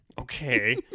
Okay